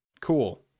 Cool